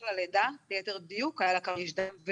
ליתר דיוק, היה לה קריש דם.